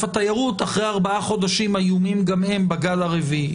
התיירות אחרי ארבעה חודשים איומים גם הם בגל הרביעי.